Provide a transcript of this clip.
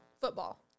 football